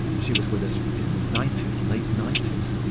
she was with us in the ninety s, late ninety s,